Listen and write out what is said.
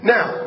Now